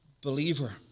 believer